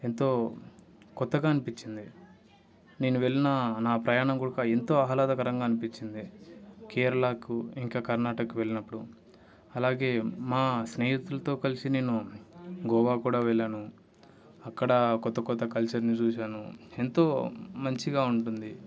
ఎంతో కొత్తగా అనిపించింది నేను వెళ్ళిన నా ప్రయాణం కూడ ఎంతో ఆహ్లాదకరంగా అనిపించింది కేరళకు ఇంకా కర్ణాటకకు వెళ్ళినప్పుడు అలాగే మా స్నేహితులతో కలిసి నేను గోవాకు కూడా వెళ్ళాను అక్కడ కొత్త కొత్త కల్చర్ని చూశాను ఎంతో మంచిగా ఉంటుంది